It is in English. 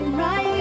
right